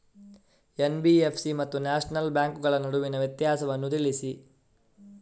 NBFC ಮತ್ತು nationalise ಬ್ಯಾಂಕುಗಳ ನಡುವಿನ ವ್ಯತ್ಯಾಸವನ್ನು ತಿಳಿಸಿ?